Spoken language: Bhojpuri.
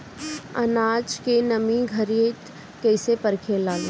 आनाज के नमी घरयीत कैसे परखे लालो?